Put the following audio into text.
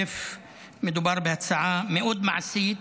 מדובר בהצעה מאוד מעשית,